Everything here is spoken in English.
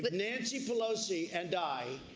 but nancy pelosi and i,